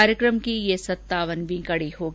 कार्यक्रम की यह सत्तावन वीं कड़ी होगी